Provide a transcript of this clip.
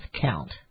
count